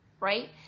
right